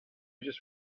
just